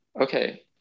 Okay